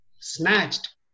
snatched